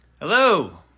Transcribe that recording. Hello